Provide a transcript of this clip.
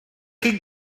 chi